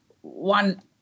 one